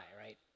right